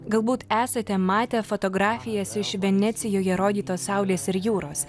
galbūt esate matę fotografijas iš venecijoje rodytos saulės ir jūros